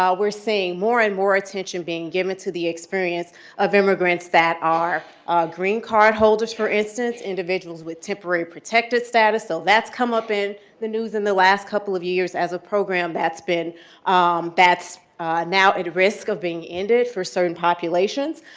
ah we're seeing more and more attention being given to the experience of immigrants that are green card holders, for instance, individuals with temporary protected status so that's come up in the news in the last couple of years as a program that's now at risk of being ended for certain populations.